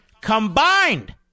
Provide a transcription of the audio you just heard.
combined